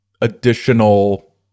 additional